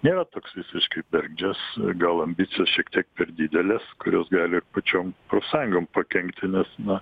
nėra toks visiškai bergdžias gal ambicijos šiek tiek per didelės kurios gali pačiom profsąjungom pakenkti nes na